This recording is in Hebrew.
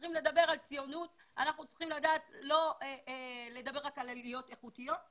צריכים לדבר על ציונות ולא לדבר רק על עליות איכותיות.